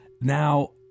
Now